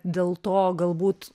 dėl to galbūt